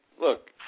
Look